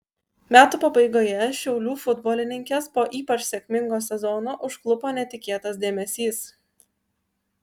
metų pabaigoje šiaulių futbolininkes po ypač sėkmingo sezono užklupo netikėtas dėmesys